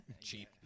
Cheap